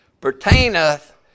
Pertaineth